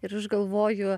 ir aš galvoju